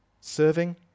Serving